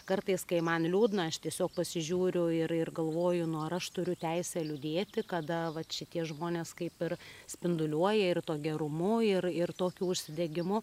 kartais kai man liūdna aš tiesiog pasižiūriu ir ir galvoju nu ar aš turiu teisę liūdėti kada vat šitie žmonės kaip ir spinduliuoja ir tuo gerumu ir ir tokiu užsidegimu